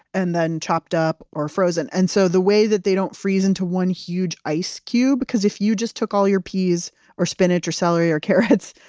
and then chopped up or frozen. and so the way that they don't freeze into one huge ice cube. if you just took all your peas or spinach or celery or carrots,